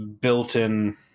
built-in